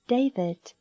David